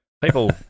people